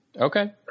okay